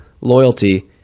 loyalty